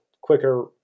quicker